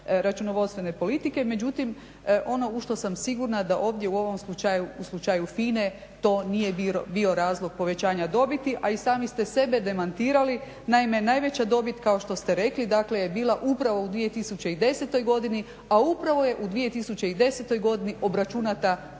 računovodstvene politike. Međutim, ono u što sam sigurna da ovdje u ovom slučaju, u slučaju FINA-e to nije bio razlog povećanja dobiti, a i sami ste sebe demantirali. Naime, najveća dobit kao što ste rekli, dakle je bila upravo u 2010. godini, a upravo je u 2010. godini obračunata